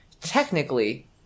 Technically